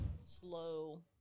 slow